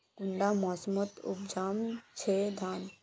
कुंडा मोसमोत उपजाम छै धान?